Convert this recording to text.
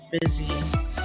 busy